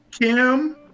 Kim